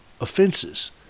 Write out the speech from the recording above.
offenses